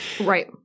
right